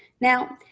now,